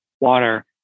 water